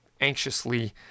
anxiously